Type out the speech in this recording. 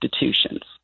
institutions